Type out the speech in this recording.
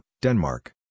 Denmark